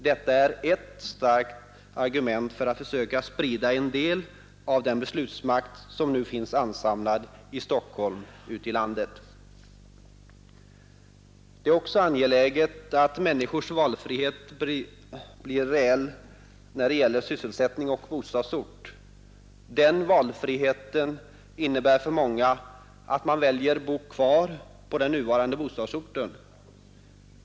Detta är ett starkt argument för att försöka sprida en del av den beslutsmakt som nu finns ansamlad i Stockholm ut i landet. Det är också angeläget att människors valfrihet blir reell när det gäller sysselsättning och bostadsort. Den valfriheten innebär för många att man väljer att bo kvar på den nuvarande bostadsorten.